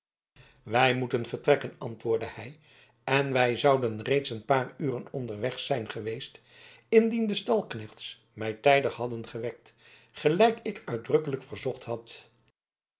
wij moeten vertrekken antwoordde hij en wij zouden reeds een paar uren onderweg zijn geweest indien de stalknechts mij tijdig hadden gewekt gelijk ik uitdrukkelijk verzocht had